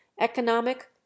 economic